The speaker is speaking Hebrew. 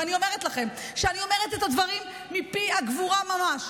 ואני אומרת לכם שאני אומרת את הדברים מפי הגבורה ממש,